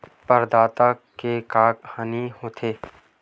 प्रदाता के का हानि हो थे?